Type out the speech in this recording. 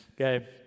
Okay